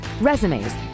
resumes